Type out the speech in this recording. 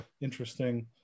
interesting